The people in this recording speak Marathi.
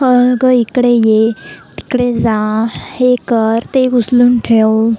अगं इकडे ये तिकडे जा हे कर ते उचलून ठेव